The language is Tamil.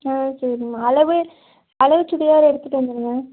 ஆ சரிம்மா அளவு அளவு சுடிதார் எடுத்துகிட்டு வந்துடுங்க